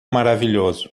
maravilhoso